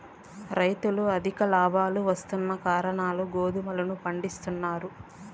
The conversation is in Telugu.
రైతులు అధిక లాభాలు వస్తున్న కారణంగా గోధుమలను పండిత్తున్నారు